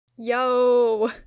Yo